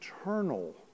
eternal